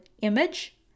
image